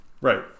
Right